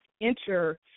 enter